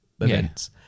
events